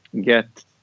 get